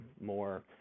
more